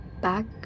back